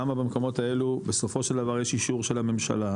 למה במקומות האלו בסופו של דבר יש אישור של הממשלה